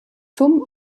zum